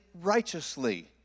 righteously